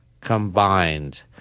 Combined